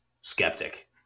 skeptic